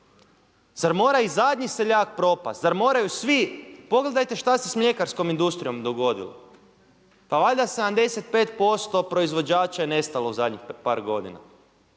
Zar mora i zadnji seljak propasti, zar moraju svi? Pogledajte šta se s mljekarskom industrijom dogodilo? Pa valjda 75% proizvođača je nestalo u zadnjih par godina.